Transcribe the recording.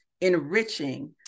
enriching